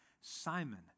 Simon